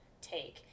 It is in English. take